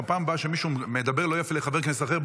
בפעם הבאה שמישהו מדבר לא יפה לחבר כנסת אחר,